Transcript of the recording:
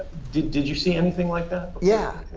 did did you see anything like that? yeah,